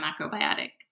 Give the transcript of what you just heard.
macrobiotic